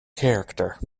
character